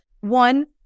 one